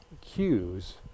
cues